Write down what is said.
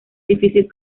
difícil